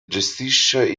gestisce